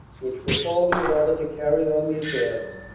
which were follo ving in order to carryon the advance,